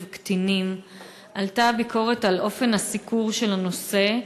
קטינים עלתה ביקורת על אופן הסיקור של הנושא,